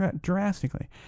drastically